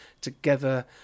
together